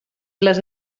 les